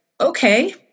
okay